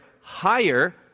higher